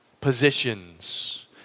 positions